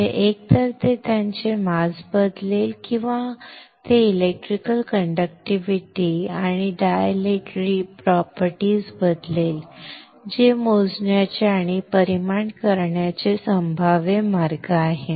म्हणजे एकतर ते त्याचे मास बदलेल किंवा ते एलेक्ट्रिकल कण्डक्टिविटी आणि डायलेटरी प्रॉपर्टीज बदलेल जे मोजण्याचे आणि परिमाण करण्याचे संभाव्य मार्ग आहे